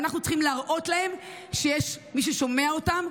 ואנחנו צריכים להראות להם שיש מי ששומע אותם,